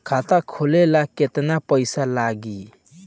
खाता खोले ला केतना पइसा लागी?